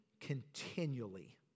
continually